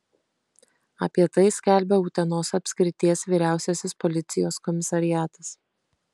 apie tai skelbia utenos apskrities vyriausiasis policijos komisariatas